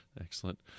Excellent